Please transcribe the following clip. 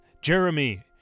Jeremy